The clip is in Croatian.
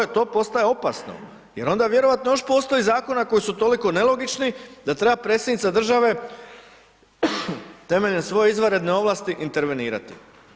Dakle, to je, to postaje opasno, jer onda vjerojatno još postoje Zakona koji su toliko nelogični da treba predsjednica države temeljem svoje izvanredne ovlasti, intervenirati.